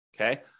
okay